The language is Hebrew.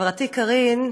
חברתי קארין,